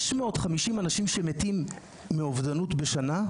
650 אנשים שמתים מאובדנות בשנה,